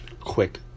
quick